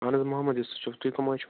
اَہَن حظ محمد یوٗسُف چھُس تُہۍ کٕم حظ چھُو